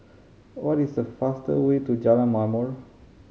what is the fastest way to Jalan Ma'mor